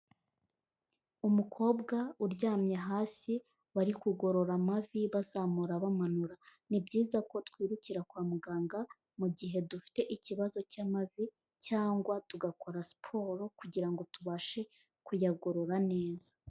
Umukobwa uryamye hasi bari kugorora amavi bazamura bamanura, ni byiza ko twirukira kwa muganga mu gihe dufite ikibazo cy'amavi cyangwa tugakora siporo kugira ngo tubashe kuyagorora neza.